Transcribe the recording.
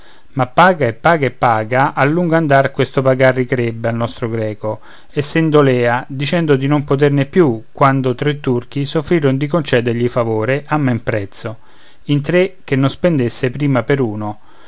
ma paga e paga e paga a lungo andar questo pagar rincrebbe al nostro greco e sen dolea dicendo di non poterne più quando tre turchi s'offriron di concedergli favore a meno prezzo in tre che non spendesse prima per uno